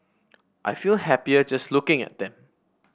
I feel happier just looking at them